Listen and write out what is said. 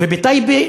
ובטייבה,